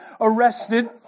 arrested